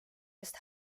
eest